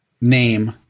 name